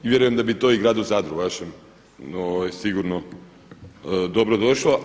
I vjerujem da bi to i Gradu Zadru vašem sigurno dobro došlo.